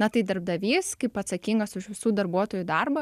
na tai darbdavys kaip atsakingas už visų darbuotojų darbą